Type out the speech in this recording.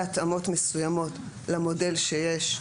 בהתאמות מסוימות למודל שיש.